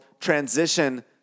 transition